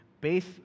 base